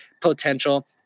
potential